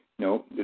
No